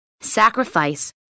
Sacrifice